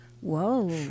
Whoa